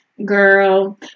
Girl